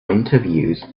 interviews